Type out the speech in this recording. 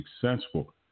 successful